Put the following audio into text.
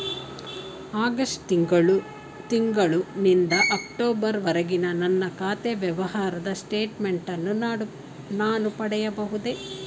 August ತಿಂಗಳು ನಿಂದ October ವರೆಗಿನ ನನ್ನ ಖಾತೆ ವ್ಯವಹಾರದ ಸ್ಟೇಟ್ಮೆಂಟನ್ನು ನಾನು ಪಡೆಯಬಹುದೇ?